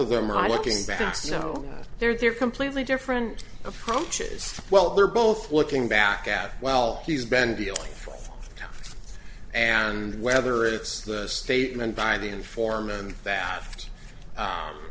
of them are looking back you know they're completely different approaches well they're both looking back at well he's been dealing and whether it's the statement by the informant that